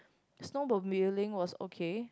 snowmobiling was okay